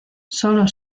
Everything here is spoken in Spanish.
sólo